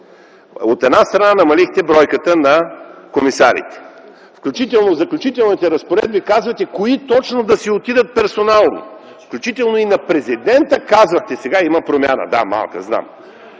От една страна, намалихте бройката на комисарите. Включително в заключителните разпоредби казвате кои точно да си отидат персонално. Включително и на президента казвахте, сега има промяна ...